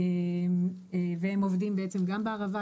והם עובדים גם בערבה,